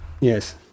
yes